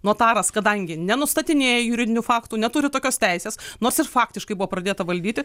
notaras kadangi nenustatinėja juridinių faktų neturi tokios teisės nors ir faktiškai buvo pradėta valdyti